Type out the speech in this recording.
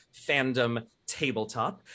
@FandomTabletop